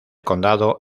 condado